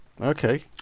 Okay